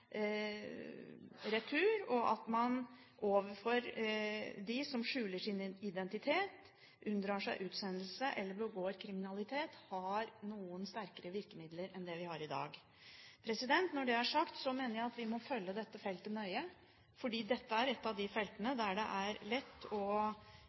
retur, og man må, overfor dem som skjuler sin identitet, unndrar seg utsendelse eller begår kriminalitet, ha noen sterkere virkemidler enn det vi har i dag. Når det er sagt, mener jeg at vi må følge dette feltet nøye, for det er et av de feltene